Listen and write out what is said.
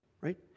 Right